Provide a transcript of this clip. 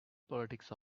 politics